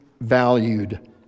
valued